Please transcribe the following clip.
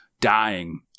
dying